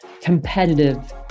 competitive